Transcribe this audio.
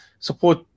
support